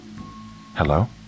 Hello